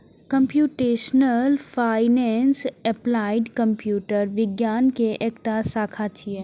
computational finance applied computer विज्ञान के एकटा शाखा छियै